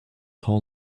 tall